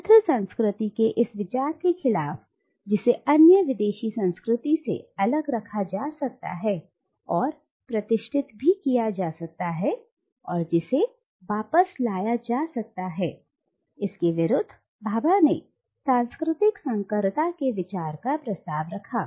शुद्ध संस्कृति के इस विचार के खिलाफ जिसे अन्य विदेशी संस्कृति से अलग रखा जा सकता है और प्रतिष्ठित भी किया जा सकता है और जिसे वापस लाया जा सकता है इसके विरुद्ध भाभा ने सांस्कृतिक संकरता के विचार का प्रस्ताव रखा